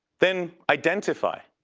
then identify,